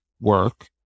work